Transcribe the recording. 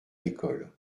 l’école